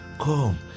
Come